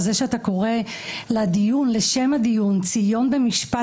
הוועדה: זה שאתה קורא לשם הדיון "ציון במשפט